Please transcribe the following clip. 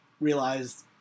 realized